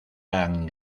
han